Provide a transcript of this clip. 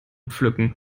pflücken